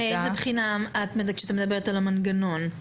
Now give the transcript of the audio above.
מאיזה בחינה כשאת מדברת על המנגנון?